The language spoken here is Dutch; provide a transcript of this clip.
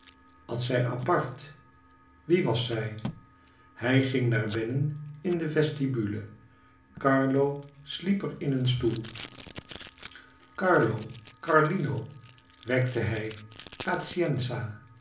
at zij apart wie was zij hij ging naar binnen in de vestibule carlo sliep er in een stoel carlo carlino wekte hij